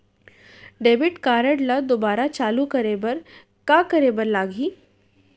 Debit card ला दोबारा चालू करे बर का करे बर लागही?